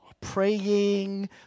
praying